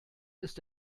ist